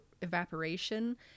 evaporation